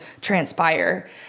transpire